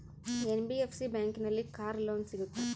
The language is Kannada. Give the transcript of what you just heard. ಎನ್.ಬಿ.ಎಫ್.ಸಿ ಬ್ಯಾಂಕಿನಲ್ಲಿ ಕಾರ್ ಲೋನ್ ಸಿಗುತ್ತಾ?